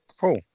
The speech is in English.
cool